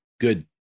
Good